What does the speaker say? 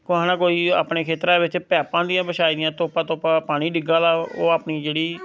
कोहा ने कोई अपने खेत्तरा बिच पैपां होंदियां बछाई दियां तोपा तोपापानी डिग्गा दा ओह् अपनी जेह्ड़ी